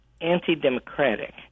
anti-democratic